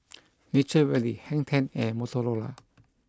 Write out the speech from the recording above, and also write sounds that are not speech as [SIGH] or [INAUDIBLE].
[NOISE] Nature Valley Hang Ten and Motorola